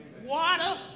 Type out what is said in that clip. Water